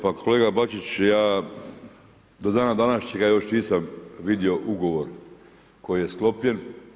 Pa kolega Bačić, ja do dana današnjega još nisam vidio ugovor koji je sklopljen.